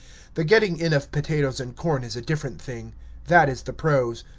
the getting-in of potatoes and corn is a different thing that is the prose,